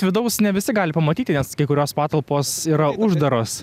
vidaus ne visi gali pamatyti nes kai kurios patalpos yra uždaros